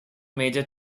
major